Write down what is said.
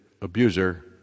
abuser